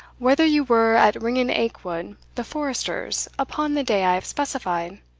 whether you were at ringan aikwood, the forester's, upon the day i have specified?